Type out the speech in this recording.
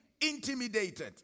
intimidated